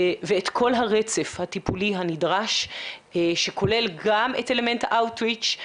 ואת כל הרצף הטיפולי הנדרש שכולל גם את אלמנט ה-out reach,